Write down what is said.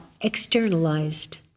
externalized